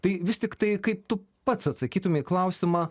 tai vis tiktai kaip tu pats atsakytum į klausimą